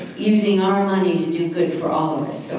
using our money to do good for all of us.